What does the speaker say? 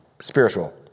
Spiritual